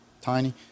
tiny